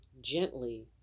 Gently